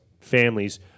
families